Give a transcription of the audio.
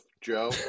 Joe